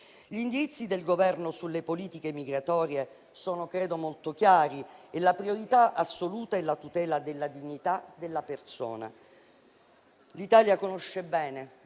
Gli indirizzi del Governo sulle politiche migratorie sono molto chiari e la priorità assoluta è la tutela della dignità della persona. L'Italia conosce bene